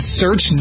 search